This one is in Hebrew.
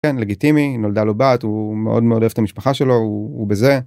כן לגיטימי נולדה לו בת הוא מאוד מאוד אוהב את המשפחה שלו הוא בזה.